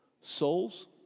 souls